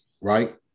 Right